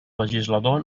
legislador